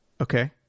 Okay